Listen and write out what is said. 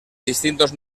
distintos